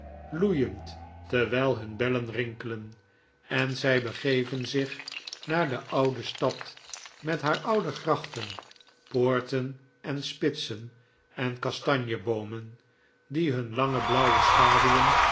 loeiend terwijl hun bellen rinkelen en zij begeven zich naar de oude stad met haar oude grachten poorten en spitsen en kastanjeboomen die hun lange blauwe schaduwen